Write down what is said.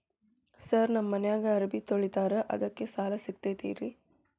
Sir ನಮ್ಮ ಮನ್ಯಾಗ ಅರಬಿ ತೊಳಿತಾರ ಅದಕ್ಕೆ ಸಾಲ ಸಿಗತೈತ ರಿ?